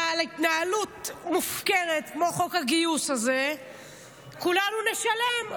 על התנהלות מופקרת כמו חוק הגיוס הזה כולנו נשלם.